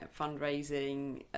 fundraising